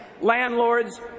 landlords